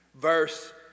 verse